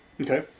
Okay